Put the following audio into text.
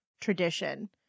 tradition